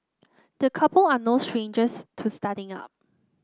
the couple are no strangers to starting up